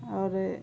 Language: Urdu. اور